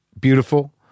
Beautiful